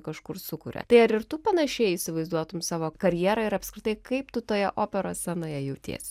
kažkur sukuria tai ar ir tu panašiai įsivaizduotum savo karjerą ir apskritai kaip tu toje operos scenoje jautiesi